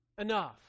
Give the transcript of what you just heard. enough